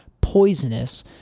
poisonous